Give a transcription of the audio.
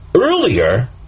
earlier